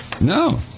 no